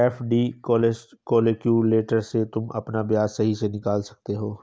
FD calculator से तुम अपना ब्याज सही से निकाल सकते हो